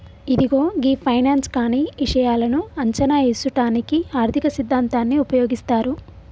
ఇదిగో గీ ఫైనాన్స్ కానీ ఇషాయాలను అంచనా ఏసుటానికి ఆర్థిక సిద్ధాంతాన్ని ఉపయోగిస్తారు